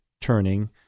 turning